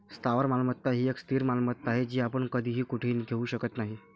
स्थावर मालमत्ता ही एक स्थिर मालमत्ता आहे, जी आपण कधीही कुठेही घेऊ शकत नाही